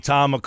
Tom